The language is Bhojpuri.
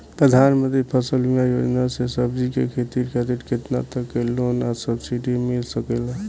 प्रधानमंत्री फसल बीमा योजना से सब्जी के खेती खातिर केतना तक के लोन आ सब्सिडी मिल सकेला?